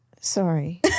Sorry